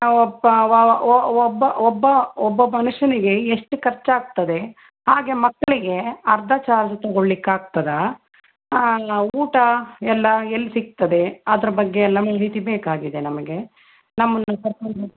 ಒಬ್ಬ ಒಬ್ಬ ಒಬ್ಬ ಒಬ್ಬ ಮನುಷ್ಯನಿಗೆ ಎಷ್ಟು ಖರ್ಚಾಗ್ತದೆ ಹಾಗೆ ಮಕ್ಕಳಿಗೆ ಅರ್ಧ ಚಾರ್ಜ್ ತಗೊಳ್ಳಿಕ್ಕೆ ಆಗ್ತದಾ ಊಟ ಎಲ್ಲ ಎಲ್ಲಿ ಸಿಗ್ತದೆ ಅದ್ರ ಬಗ್ಗೆ ಎಲ್ಲ ಬೇಕಾಗಿದೆ ನಮಗೆ ನಮ್ಮನ್ನು ಕರ್ಕೊಂಡು